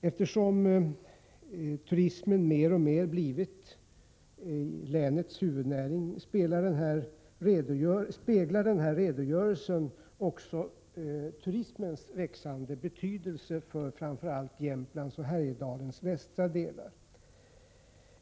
Eftersom turismen mer och mer blivit länets huvudnäring speglar denna redogörelse också turismens växande betydelse för framför allt Jämtlands och Härjedalens västra delar.